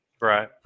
Right